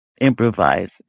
improvise